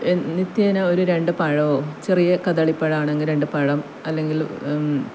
നിത്യേന ഒരു രണ്ട് പഴമോ ചെറിയ കദളി പഴമാണെങ്കിൽ രണ്ടു പഴം അല്ലെങ്കിൽ